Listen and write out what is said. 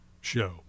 show